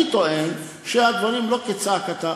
אני טוען שהדברים לא כצעקתה.